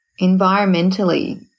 Environmentally